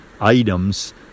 items